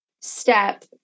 step